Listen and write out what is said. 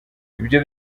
ibyo